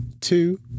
two